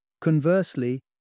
Conversely